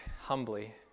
humbly